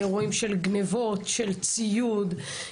גניבות של ציוד,